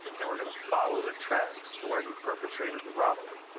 and we're gonna follow the tracks to where he perpetrated the robbery.